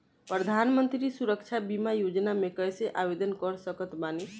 प्रधानमंत्री सुरक्षा बीमा योजना मे कैसे आवेदन कर सकत बानी?